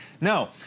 No